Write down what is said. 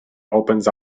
opens